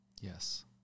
Yes